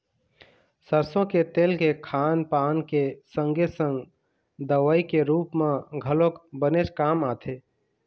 सरसो के तेल के खान पान के संगे संग दवई के रुप म घलोक बनेच काम आथे